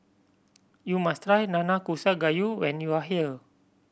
you must try Nanakusa Gayu when you are here